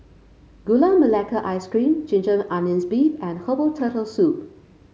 Gula Melaka Ice Cream Ginger Onions beef and Herbal Turtle Soup